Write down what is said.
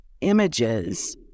images